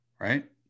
Right